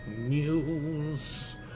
news